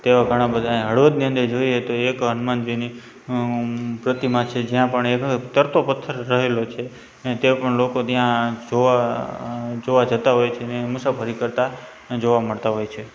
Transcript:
તેવા ધણા બધા હળવદની અંદર જોઇએ તો એક હનુમાનજીની પ્રતિમા છે જ્યાં પણ એક તરતો પથ્થર રહેલો છે અને ત્યાં પણ લોકો ત્યા જોવા જોવા જતા હોય છે અને મુસાફરી કરતા જોવા મળતા હોય છે